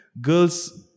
girls